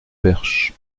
perche